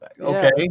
Okay